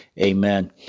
amen